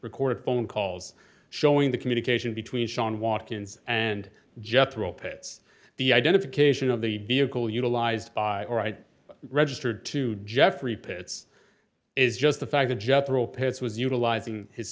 recorded phone calls showing the communication between shawn watkins and jethro pitts the identification of the vehicle utilized by registered to geoffrey pitts is just the fact that jethro pitts was utilizing his